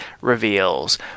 reveals